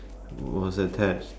was attached